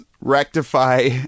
rectify